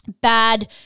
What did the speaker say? bad